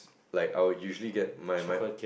like I will usually get my my